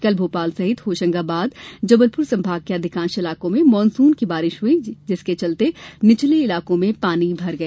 कल भोपाल सहित होशंगाबाद जबलपुर संभाग के अधिकांश इलाको में मानसून की बारिश हुई जिससे निचले इलाकों में पानी भर गया